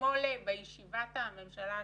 אתמול בישיבת הממשלה השבועית,